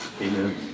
amen